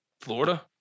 Florida